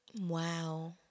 Wow